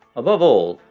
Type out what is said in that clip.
above all,